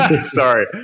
sorry